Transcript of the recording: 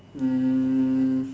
hmm